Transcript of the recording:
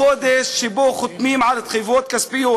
החודש שבו חותמים על התחייבויות כספיות